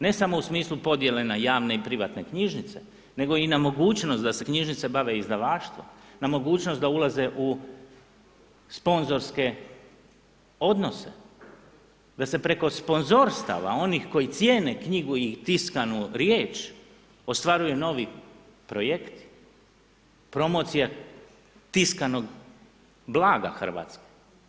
Ne samo u smislu podjele na javne i privatne knjižnice nego i na mogućnost da se knjižnice bave izdavaštvom, na mogućnost da ulaze u sponzorske odnose, da se preko sponzorstava onih koji cijene knjigu i tiskanu riječ, ostvaruju novi projekti, promocije tiskanog blaga Hrvatske.